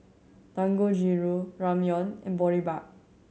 Dangojiru Ramyeon and Boribap